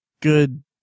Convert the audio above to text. good